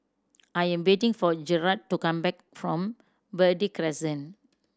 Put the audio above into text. I am waiting for Jerrad to come back from Verde Crescent